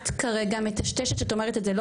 את כרגע מטשטשת כשאת אומרת את זה,